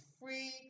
free